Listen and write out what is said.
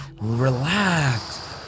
relax